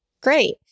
Great